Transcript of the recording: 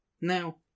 Now